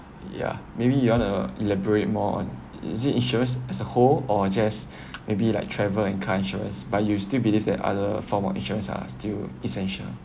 ya maybe you want to elaborate more on is it insurance as a whole or just maybe like travel and car insurance but you still believes that other form of insurance are still essential